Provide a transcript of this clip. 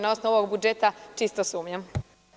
Na osnovu ovog budžeta, čisto sumnjam.